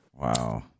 Wow